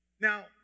Now